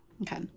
Okay